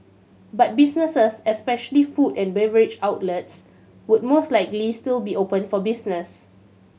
but businesses especially food and beverage outlets would most likely still be open for business